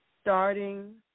Starting